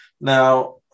Now